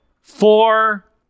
four